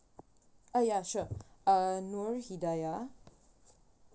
uh ya sure uh nur hidayah